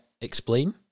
Explain